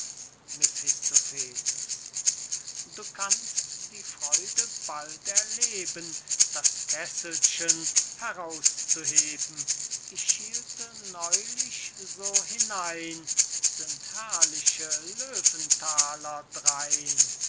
du kannst die freude bald erleben das kesselchen herauszuheben ich schielte neulich so hinein sind herrliche löwenthaler drein